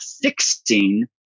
fixing